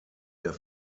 der